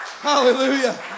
Hallelujah